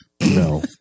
No